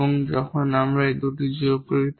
এবং যখন আমরা সেই দুটি যোগ করি